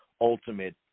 ultimate